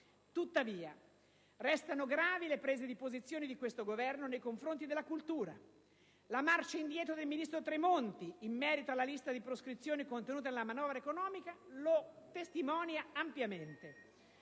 tuttavia gravi le prese di posizione di questo Governo nei confronti della cultura; la marcia indietro del ministro Tremonti in merito alla lista di proscrizione contenuta nella manovra economica lo testimonia ampiamente.